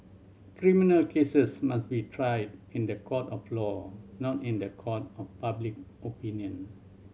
criminal cases must be tried in the court of law not in the court of public opinion